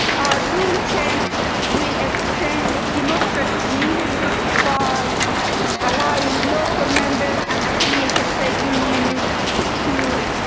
our rule change will extend democracy by allowing local members and affiliateed trade unionist, to